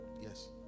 Yes